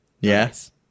Yes